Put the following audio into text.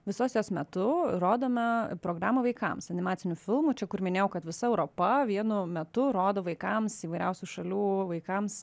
visos jos metu rodome programą vaikams animacinių filmų čia kur minėjau kad visa europa vienu metu rodo vaikams įvairiausių šalių vaikams